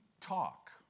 talk